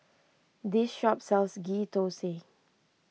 this shop sells Ghee Thosai